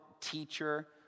teacher